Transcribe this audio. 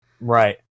right